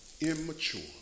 immature